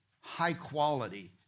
high-quality